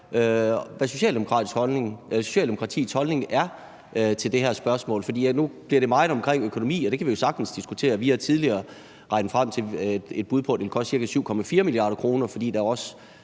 hvad Socialdemokratiets holdning er til det her spørgsmål. For nu bliver det meget omkring økonomi, og det kan vi jo sagtens diskutere. Vi har tidligere regnet os frem til et bud på, at det vil koste ca. 7,4 mia. kr., fordi der